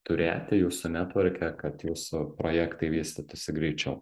turėti jūsų netvorke kad jūsų projektai vystytųsi greičiau